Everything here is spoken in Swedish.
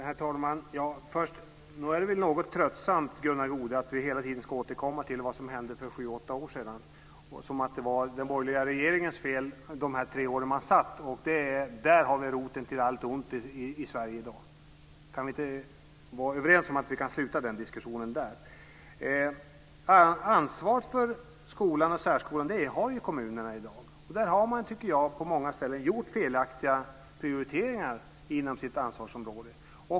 Herr talman! Nog är det väl något tröttsamt att vi hela tiden ska återkomma till vad som hände för sju åtta år sedan, Gunnar Goude? Det är tydligen den borgerliga regeringens fel. I de tre år som den satt finns roten till allt ont i Sverige i dag. Kan vi inte vara överens om att vi slutar den diskussionen där? Kommunerna har i dag ansvaret för skolan och särskolan. Jag tycker att man på många ställen har gjort felaktiga prioriteringar inom sitt ansvarsområde.